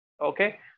Okay